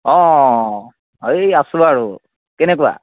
অঁ এই আছোঁ আৰু কেনেকুৱা